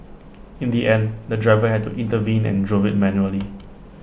in the end the driver had to intervene and drove IT manually